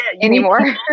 anymore